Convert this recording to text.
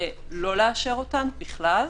לא לאשר אותן בכלל,